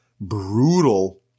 brutal